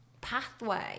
pathway